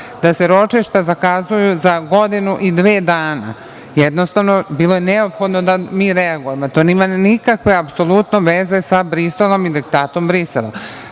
da se ročišta zakazuju za godinu i dve dana. Jednostavno, bilo je neophodno da mi reagujemo. To nema nikakve apsolutno veze sa Briselom i diktatom Brisela. Tačno